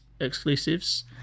exclusives